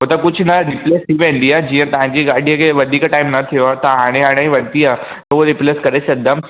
हो त कुझु न थी वेंदी आहे जीअं तव्हांजी गाॾीअ खे वधीक टाइम न थियो आहे तव्हां हाणे हाणे ई वरिती आहे त उहो रिप्लेस करे छॾींदुमि